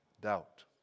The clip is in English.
doubt